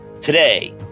Today